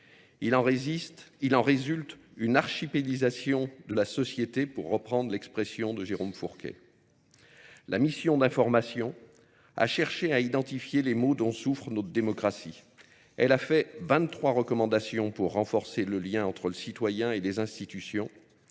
Il en résulte une archipélisation de la société pour reprendre l'expression de Jérôme Fourquet. La mission d'information a cherché à identifier les mots dont souffre notre démocratie. Elle a fait 23 recommandations pour renforcer le lien entre le citoyen et les institutions.